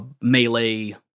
melee